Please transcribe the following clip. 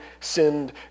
sinned